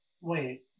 Wait